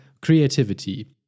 creativity